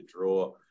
draw